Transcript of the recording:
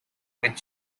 with